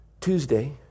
Tuesday